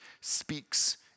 speaks